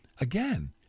Again